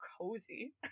cozy